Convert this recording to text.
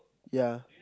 ya